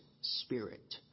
spirit